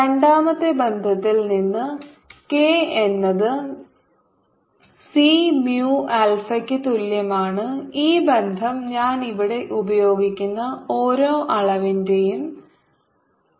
രണ്ടാമത്തെ ബന്ധത്തിൽ നിന്ന് k എന്നത് C mu ആൽഫയ്ക്ക് തുല്യമാണ് ഈ ബന്ധം ഞാൻ ഇവിടെ ഉപയോഗിക്കുന്ന ഓരോ അളവിന്റെയും അളവുകൾ എഴുതാൻ പോകുന്നു